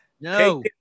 No